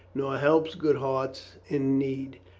nor helps good hearts in need.